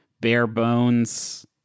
bare-bones